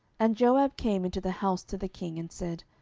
and joab came into the house to the king, and said,